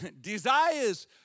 desires